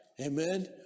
Amen